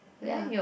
ya